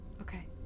Okay